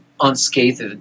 unscathed